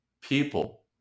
people